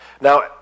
Now